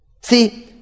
See